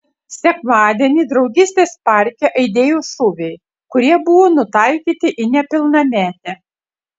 sekmadienį draugystės parke aidėjo šūviai kurie buvo nutaikyti į nepilnametę